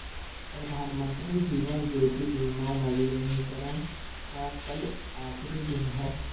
प्रधानमंत्री जीवन ज्योति बीमा नवीनीकरण का कल आखिरी दिन है